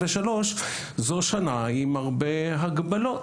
זו שנה עם הרבה הגבלות,